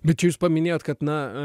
bet čia jūs paminėjote kad na